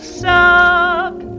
suck